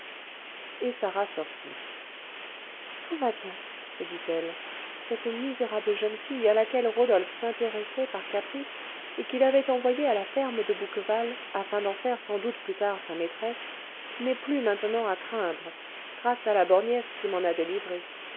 et sarah sortit tout va bien se dit-elle cette misérable jeune fille à laquelle rodolphe s'intéressait par caprice et qu'il avait envoyée à la ferme de bouqueval afin d'en faire sans doute plus tard sa maîtresse n'est plus maintenant à craindre grâce à la borgnesse qui m'en a délivrée